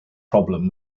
problem